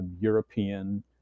European